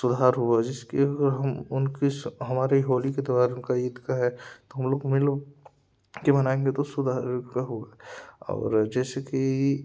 सुधार हुआ जिसके अगर हम उनकी हमारी होली के त्यौहार उनका ईद का है तो हम लोग की मनाएंगे तो सुधार होगा और जैसेकि